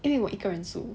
因为我一个人住